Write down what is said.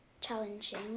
challenging